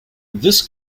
this